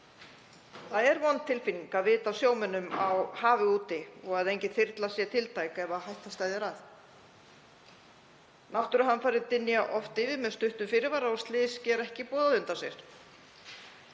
Það er vond tilfinning að vita af sjómönnum á hafi úti og að engin þyrla sé tiltæk ef hætta steðjar að. Náttúruhamfarir dynja oft yfir með stuttum fyrirvara og slys gera ekki boð á undan sér.